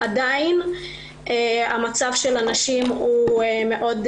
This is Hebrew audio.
עדיין מצב הנשים קשה מאוד,